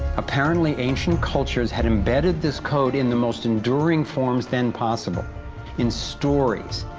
apparently, ancient cultures had embedded this code in the most enduring forms then possible in stories,